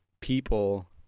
people